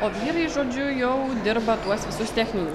o vyrai žodžiu jau dirba tuos visus techninius